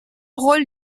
rôle